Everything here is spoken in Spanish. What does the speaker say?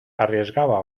arriesgaba